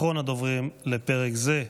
אחרון הדוברים לפרק זה,